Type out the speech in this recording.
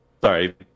Sorry